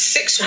Six